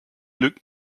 lügt